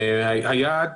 היעד,